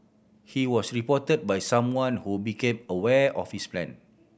he was reported by someone who became aware of his plan